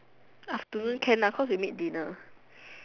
afternoon can lah cause we meet dinner